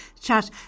chat